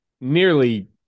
nearly